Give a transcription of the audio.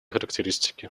характеристики